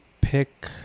pick